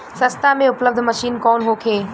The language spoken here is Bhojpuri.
सस्ता में उपलब्ध मशीन कौन होखे?